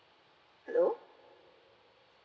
hello